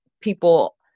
people